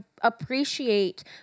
appreciate